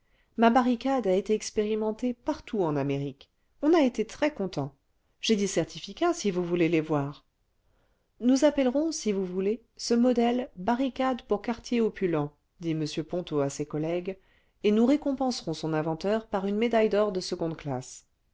ma barricade a été expérimentée partout en amérique on a été très content j'ai des certificats si vous voulez les voir nous appellerons si vous voulez ce modèle barricade pour quartier opulent dit m ponto à ses collègues et nous récompenserons son inventeur par une médaille d'or de seconde classe